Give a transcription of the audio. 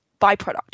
byproduct